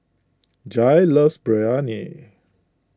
Jair loves Biryani